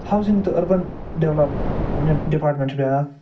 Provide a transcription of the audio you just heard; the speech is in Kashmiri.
ہاوسِنٛگ تہٕ أربن ڈیولپمٮ۪نٛٹ ڈِپارٹمٮ۪نٛٹ چھِ بیٛاکھ